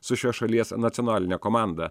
su šios šalies nacionaline komanda